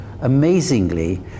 amazingly